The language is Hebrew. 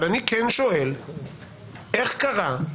אבל אני כן שואל איך קרה,